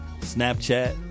Snapchat